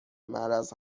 معرض